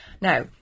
Now